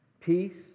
peace